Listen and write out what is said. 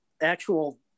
actual